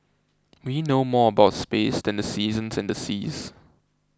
we know more about space than the seasons and the seas